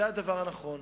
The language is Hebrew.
זה הדבר הנכון.